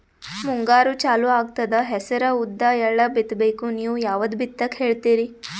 ಮುಂಗಾರು ಚಾಲು ಆಗ್ತದ ಹೆಸರ, ಉದ್ದ, ಎಳ್ಳ ಬಿತ್ತ ಬೇಕು ನೀವು ಯಾವದ ಬಿತ್ತಕ್ ಹೇಳತ್ತೀರಿ?